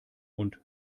und